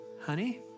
honey